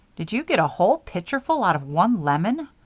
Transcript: did you get a whole pitcherful out of one lemon?